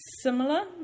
similar